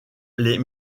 les